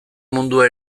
mundua